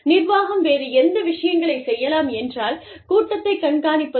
நிர்வாகம் வேறு எந்த விஷயங்களை செய்யலாம் என்றால் கூட்டத்தைக் கண்காணிப்பது